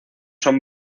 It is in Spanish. son